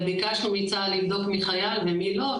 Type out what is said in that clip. וביקשנו מצה"ל לבדוק מי חייל ומי לא,